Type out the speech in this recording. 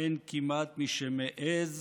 ואין כמעט מי שמעז